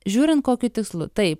žiūrint kokiu tikslu taip